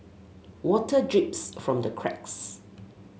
water drips from the cracks